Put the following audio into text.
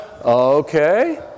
Okay